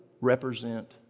represent